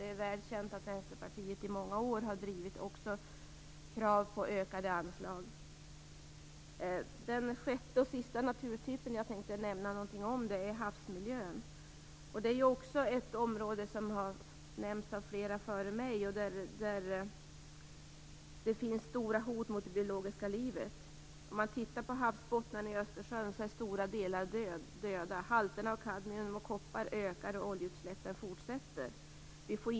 Det är väl känt att Vänsterpartiet i många år har drivit krav på ökade anslag. Den sjätte och sista naturtypen som jag vill nämna något om är havsmiljön. Det är också ett område som har nämnts av flera talare före mig. I havsmiljön finns stora hot mot det biologiska livet. Halterna av kadmium och koppar ökar och oljeutsläppen fortsätter.